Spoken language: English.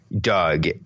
Doug